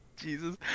Jesus